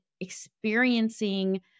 experiencing